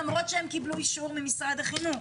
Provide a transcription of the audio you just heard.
למרות שהם קיבלו אישור ממשרד החינוך.